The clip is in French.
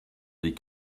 des